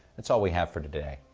that's all we have for today.